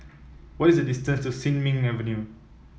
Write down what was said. what is the distance to Sin Ming Avenue